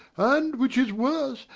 and, which is worse,